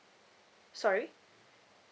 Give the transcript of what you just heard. sorry